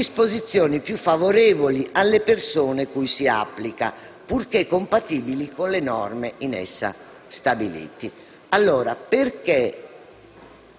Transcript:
disposizioni più favorevoli alle persone cui si applica, purché compatibili con le norme in essa stabilite».